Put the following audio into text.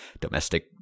domestic